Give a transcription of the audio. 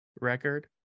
record